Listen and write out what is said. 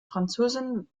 französin